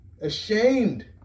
ashamed